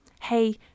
hey